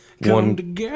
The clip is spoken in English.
one